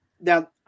Now